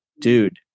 dude